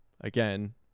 Again